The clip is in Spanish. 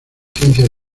ciencias